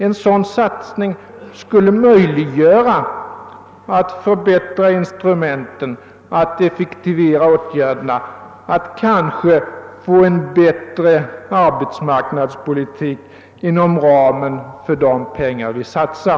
En sådan satsning skulle göra det möjligt att förbättra instrumenten, att effektivera åtgärderna och kanske att skapa en bättre arbetsmarknadspolitik inom ramen för de medel vi satsar.